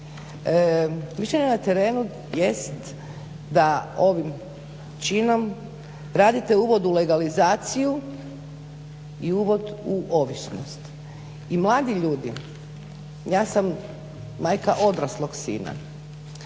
Mišljenje na terenu jest da ovim činom radite uvod u legalizaciju i uvod u ovisnost. I mladi ljudi, ja sam majka odraslog sina